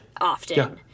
often